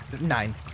Nine